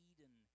Eden